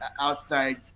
outside